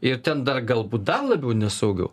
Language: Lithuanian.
ir ten dar galbūt dar labiau nesaugiau